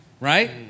right